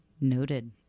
Noted